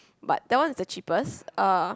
but that one was the cheapest uh